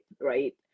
right